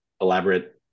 elaborate